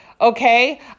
Okay